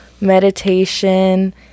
meditation